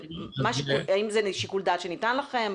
האם זה לשיקול דעת שניתן לכם?